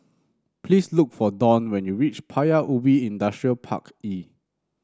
please look for Dawn when you reach Paya Ubi Industrial Park E